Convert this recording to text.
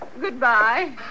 Goodbye